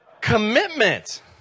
Commitment